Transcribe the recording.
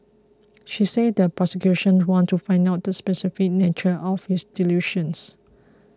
she said the prosecution wants to find out the specific nature of his delusions